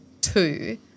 two